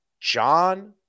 John